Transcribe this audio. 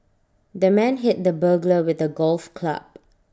the man hit the burglar with A golf club